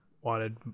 wanted